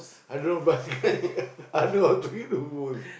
I don't know I know how to eat Hummus